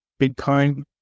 Bitcoin